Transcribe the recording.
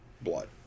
blood